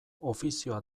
ofizioa